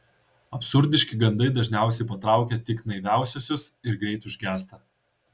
absurdiški gandai dažniausiai patraukia tik naiviausiuosius ir greit užgęsta